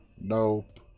Nope